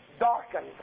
Darkened